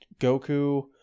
Goku